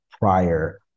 prior